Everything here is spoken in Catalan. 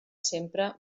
sempre